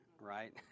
right